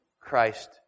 Christ